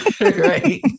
Right